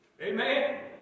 Amen